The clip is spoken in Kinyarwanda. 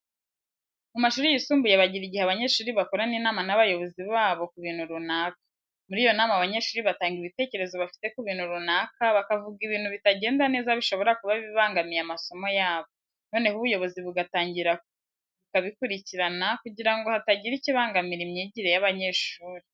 Mu mashuri yisumbuye bagira igihe abanyeshuri bagakorana inama n'abayobozi babo ku bintu runaka. Muri iyo nama abanyeshuri batanga ibitekerezo bafite ku bintu runaka, bakavuga ibintu bitagenda neza bishobora kuba bibangamiye amasomo yabo, noneho ubuyobozi bugatangira bukabikurikirana kugira ngo hatagira ikibangamira imyigire y'abanyeshuri.